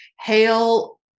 hail